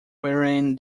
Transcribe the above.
wherein